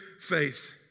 faith